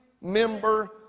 member